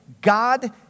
God